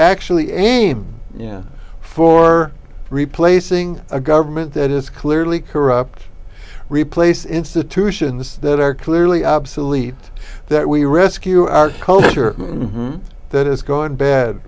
actually aim for replacing a government that is clearly corrupt replace institutions that are clearly obsolete that we rescue our culture that is going bad